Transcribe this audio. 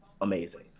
amazing